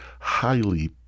highly